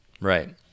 Right